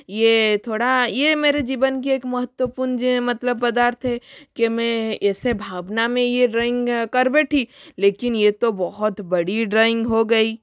ये थोड़ा ये मेरे जीवन की एक महतवपूर्ण मतलब पदार्थ है कि में ऐसे भावना में ये ड्रॉइंग कर बैठी लेकिन ये तो बहुत बड़ी ड्राइंग हो गई